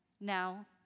now